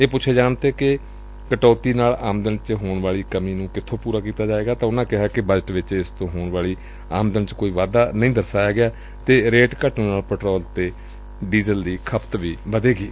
ਇਹ ਪੁੱਛੇ ਜਾਣ ਤੇ ਕਿ ਕਟੌਤੀ ਨਾਲ ਆਮਦਨ ਚ ਹੋਣ ਵਾਲੀ ਕਮੀ ਨੂੰ ਕਿੱਬੋਂ ਪੁਰਾ ਕੀਤਾ ਜਾਏਗਾ ਤਾਂ ਉਨੂਾਂ ਕਿਹਾ ਕਿ ਬਜਟ ਵਿਚ ਇਸ ਤੋਂ ਹੋਣ ਵਾਲੀ ਆਮਦਨ ਚ ਕੋਈ ਵਾਧਾ ਨਹੀ ਦਰਸਾਇਆ ਗਿਆ ਅਤੇ ਰੇਟ ਘਟਣ ਨਾਲ ਪੈਟਰੋਲ ਤੇ ਡੀਜ਼ਲ ਵੀ ਵਧੇਗੀ